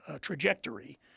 trajectory